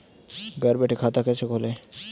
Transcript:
घर बैठे खाता कैसे खोलें?